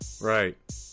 right